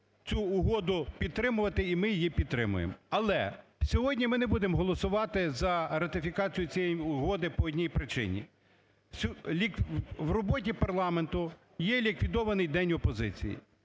цю угоду підтримувати, і ми її підтримуємо. Але сьогодні ми не будемо голосувати за ратифікацію цієї угоди по одній причині: в роботі парламенту є ліквідований день опозиції.